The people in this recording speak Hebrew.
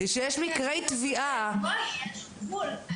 כשיש מקרי טביעה --- בואי, יש גבול.